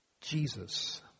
Jesus